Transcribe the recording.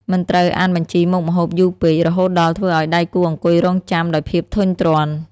មិនត្រូវអានបញ្ជីមុខម្ហូបយូរពេក រហូតដល់ធ្វើឱ្យដៃគូអង្គុយរង់ចាំដោយភាពធុញទ្រាន់។